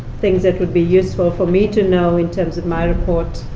things that would be useful for me to know, in terms of my reports.